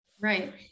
Right